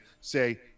say